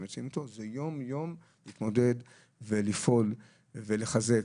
זה יום יום להתמודד ולפעול ולחזק